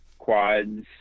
Quads